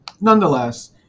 nonetheless